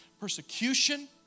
persecution